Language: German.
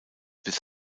bis